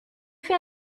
fait